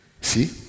See